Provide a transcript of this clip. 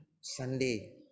Sunday